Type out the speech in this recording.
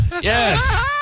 Yes